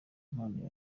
impano